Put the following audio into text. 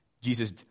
Jesus